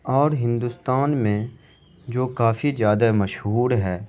اور ہندوستان میں جو کافی زیادہ مشہور ہے